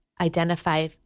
identify